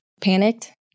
panicked